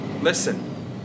Listen